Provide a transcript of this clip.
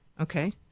Okay